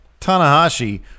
Tanahashi